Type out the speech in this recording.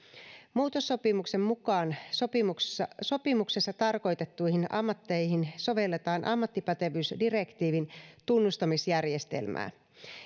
muutossopimuksen mukaan sopimuksessa sopimuksessa tarkoitettuihin ammatteihin sovelletaan ammattipätevyysdirektiivin tunnustamisjärjestelmää